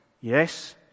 Yes